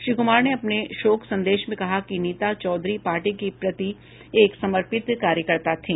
श्री कुमार ने अपने शोक संदेश में कहा है कि नीता चौधरी पार्टी के प्रति एक समर्पित कार्यकर्ता थी